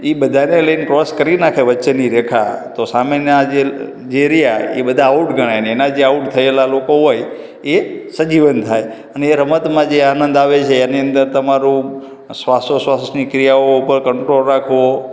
એ બધાને લઈને ક્રૉસ કરી નાખે વચ્ચેની રેખા તો સામેના જે રહ્યા એ બધા આઉટ ગણાય અને એના જે આઉટ થયેલા લોકો હોય એ સજીવન થાય અને એ રમતમાં જે આનંદ આવે છે એની અંદર તમારું શ્વાસોચ્છવાસની ક્રિયાઓ ઉપર કંટ્રોલ રાખવો